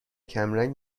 کمرنگ